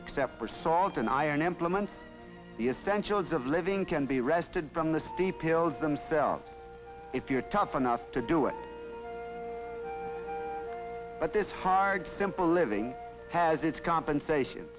except for salt and iron implements the essentials of living can be rested from the steep hills themselves if you're tough enough to do it but this hard simple living has its compensations